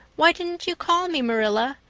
why didn't you call me, marilla?